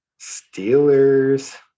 Steelers